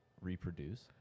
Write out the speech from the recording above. reproduce